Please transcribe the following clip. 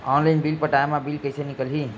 Online bill पटाय मा bill कइसे निकलही?